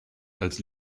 als